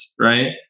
right